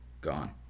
gone